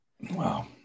Wow